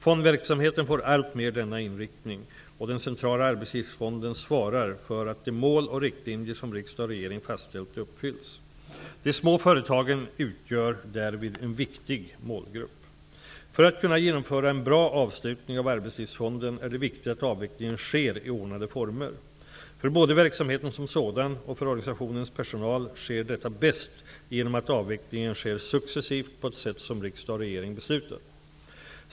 Fondverksamheten får alltmer denna inriktning och den centrala Arbetslivsfonden svarar för att de mål och riktlinjer som riksdag och regering fastställt uppfylls. De små företagen utgör därvid en viktig målgrupp. För att kunna genomföra en bra avslutning av Arbetslivsfonden är det viktigt att avvecklingen sker i ordnade former. För både verksamheten som sådan och för organisationens personal sker detta bäst genom att avvecklingen sker successivt på ett sätt som riksdag och regering beslutat.